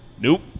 nope